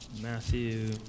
Matthew